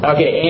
Okay